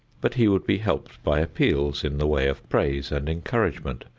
but he would be helped by appeals in the way of praise and encouragement,